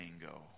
mango